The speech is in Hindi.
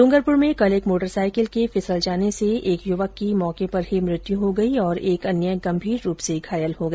ड्रंगरपुर में कल एक मोटरसाईकिल के फिसल जाने से एक युवक की मौके पर ही मृत्यू हो गई और एक युवक गंभीर रूप से घायल हो गया